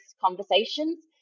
conversations